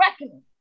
reckoning